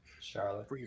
Charlotte